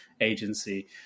agency